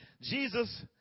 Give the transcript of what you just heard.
Jesus